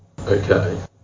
Okay